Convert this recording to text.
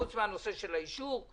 חוץ מהנושא של האישור,